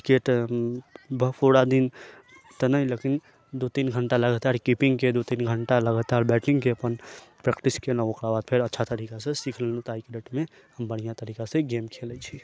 cricket पूरा दिन तऽ नहि लेकिन दू तीन घंटा लागतार कीपिंग के दू तीन घंटा लगातार बैटिंग के प्रैक्टिस कयलहुॅं ओकर बाद फेर अच्छा तरीका से सीख लेलहुॅं तऽ आइ के डेट मे हम बढ़िऑं तरीका से गेम खेलै छी